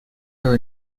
her